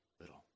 little